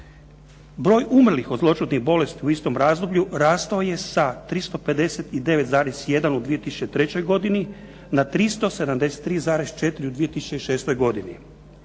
Broj umrlih od zloćudnih bolesti u istom razdoblju rastao je sa 359,1 u 2003. godini na 373,4 u 2006. godini.